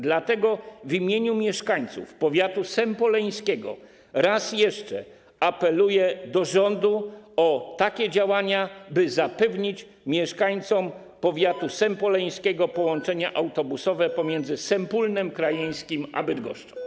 Dlatego w imieniu mieszkańców powiatu sępoleńskiego raz jeszcze apeluję do rządu o takie działania, by zapewnić mieszkańcom powiatu sępoleńskiego połączenia autobusowe pomiędzy Sępólnem Krajeńskim a Bydgoszczą.